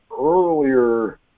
earlier